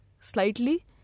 slightly